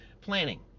Planning